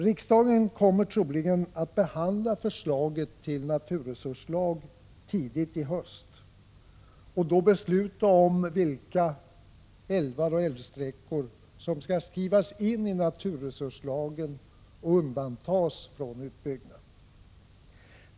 Riksdagen kommer troligen att behandla förslaget till naturresurslag tidigt i höst och då besluta om vilka älvar och älvsträckor som skall skrivas in i naturresurslagen och undantas från utbyggnad.